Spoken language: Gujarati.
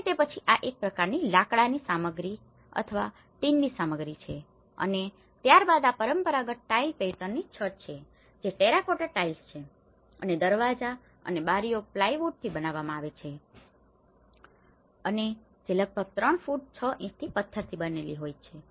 અને તે પછી આ એક પ્રકારની લાકડાની સામગ્રી અથવા ટીનની સામગ્રી છે અને ત્યારબાદ આ પરંપરાગત ટાઇલ પેટર્નની છત છે જે ટેરાકોટા ટાઇલ્સ છે અને દરવાજા અને બારીઓ પ્લાયવુડથી બનાવવામાં આવે છે અને જે લગભગ 3 ફુટ 6 ઇંચની પથ્થરથી બનેલી હોય છે